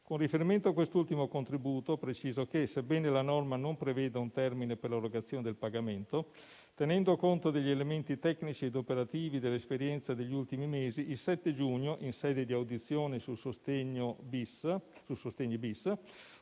Con riferimento a quest'ultimo contributo, preciso che, sebbene la norma non preveda un termine per l'erogazione del pagamento, tenendo conto degli elementi tecnici ed operativi dell'esperienza degli ultimi mesi, il 7 giugno, in sede di audizione sul decreto